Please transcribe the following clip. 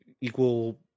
equal